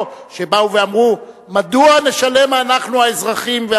שבאו ואמרו: מדוע נשלם אנחנו האזרחים?